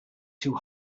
too